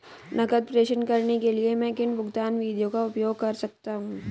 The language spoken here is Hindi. नकद प्रेषण करने के लिए मैं किन भुगतान विधियों का उपयोग कर सकता हूँ?